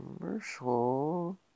commercial